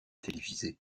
télévisées